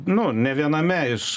nu ne viename iš